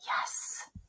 yes